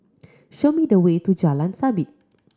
show me the way to Jalan Sabit